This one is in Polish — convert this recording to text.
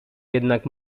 jednak